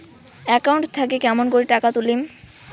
Account থাকি কেমন করি টাকা তুলিম?